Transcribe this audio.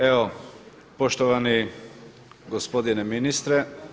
Evo poštovani gospodine ministre.